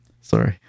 Sorry